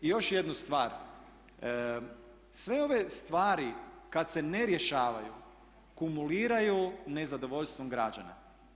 I još jednu stvar, sve ove stvari kada se ne rješavaju kumuliraju nezadovoljstvom građana.